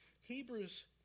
Hebrews